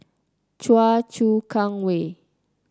Choa Chu Kang Way